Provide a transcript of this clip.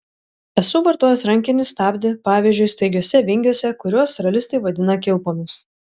esu vartojęs rankinį stabdį pavyzdžiui staigiuose vingiuose kuriuos ralistai vadina kilpomis